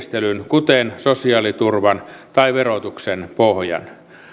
kuten sosiaaliturvan tai verotuksen pohjan